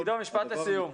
עידו, משפט לסיום.